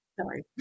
sorry